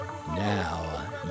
Now